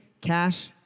Cash